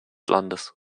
landes